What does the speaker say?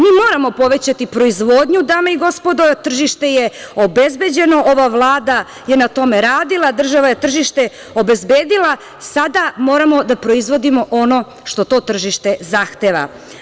Mi moramo povećati proizvodnju, dame i gospodo, tržište je obezbeđeno, ova Vlada je na tome radila, država je tržište obezbedila, sada moramo da proizvodimo ono što to tržište zahteva.